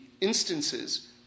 instances